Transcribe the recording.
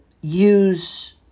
use